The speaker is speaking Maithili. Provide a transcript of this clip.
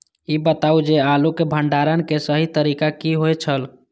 ई बताऊ जे आलू के भंडारण के सही तरीका की होय छल?